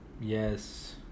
yes